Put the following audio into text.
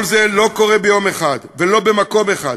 כל זה לא קורה ביום אחד ולא במקום אחד,